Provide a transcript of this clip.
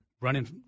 running –